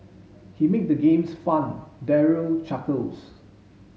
he make the games fun Daryl chuckles